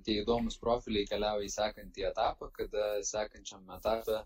tie įdomūs profiliai keliauja į sekantį etapą kada sekančiam etape